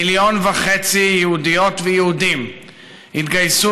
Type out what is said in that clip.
מיליון וחצי יהודיות ויהודים התייצבו